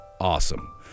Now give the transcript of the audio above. awesome